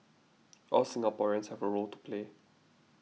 all Singaporeans have a role to play